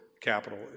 capital